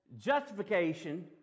justification